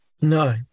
No